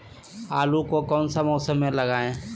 आलू को कौन सा मौसम में लगाए?